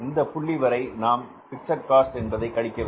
இந்த புள்ளி வரை நாம் பிக்ஸட் காஸ்ட் என்பதை கழிக்கவில்லை